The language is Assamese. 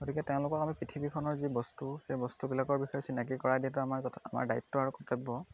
গতিকে তেওঁলোকক আমি পৃথিৱীখনৰ যি বস্তু সেই বস্তুবিলাকৰ বিষয়ে চিনাকী কৰাই দিয়াতো আমাৰ আমাৰ দায়িত্ব আৰু কৰ্তব্য